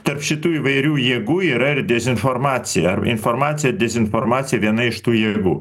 tarp šitų įvairių jėgų yra ir dezinformacija informacija dezinformacija viena iš tų jėgų